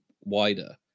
wider